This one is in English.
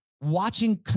watching